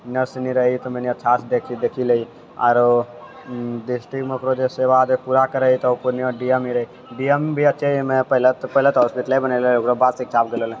nurse रहैए तऽ मने अच्छासँ देख देखि लेइए आओर डिस्ट्रिक्टमे ओकरो जे सेवा जे पूरा करैए तऽ ओ पूर्णियाँ डी एम ही रहैए डी एम भी अच्छे है पहले तऽ पहले तऽ होस्पिटले बनेलै ओकर बाद शिक्षामे गेलै